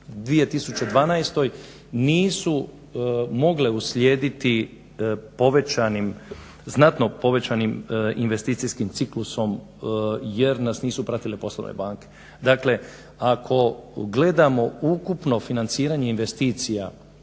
2012. nisu mogle uslijediti povećanim, znatno povećanim investicijskim ciklusom jer nas nisu pratile poslovne banke. Dakle, ako gledamo ukupno financiranje investicija